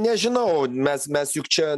nežinau mes mes juk čia